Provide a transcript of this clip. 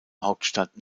hauptstadt